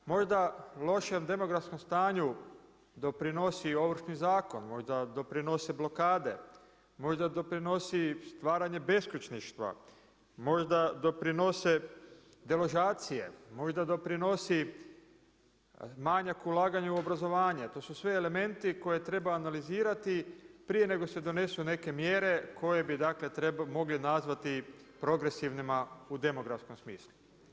Možda lošem demografskom stanju doprinosi i Ovršni zakon, možda doprinose blokade, možda doprinosi stvaranje beskućništva, možda doprinose deložacije, možda doprinosi manjak ulaganja u obrazovanje, to su sve elementi koje treba analizirati prije nego se donesu neke mjere koje bi dakle mogli nazvati progresivnima u demografskom smislu.